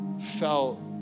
felt